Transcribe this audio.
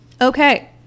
okay